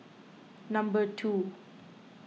number two